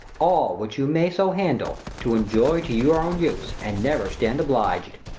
all which you may so handle, to enjoy to your own use, and never stand obliged.